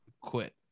quit